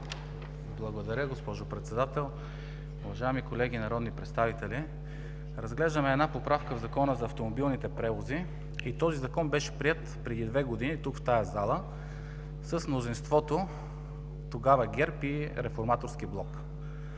Благодаря, госпожо Председател. Уважаеми колеги народни представители, разглеждаме една поправка в Закона за автомобилните превози и този Закон беше приет преди две години тук, в тази зала, с мнозинството на тогава ГЕРБ и Реформаторски блок.